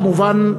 כמובן,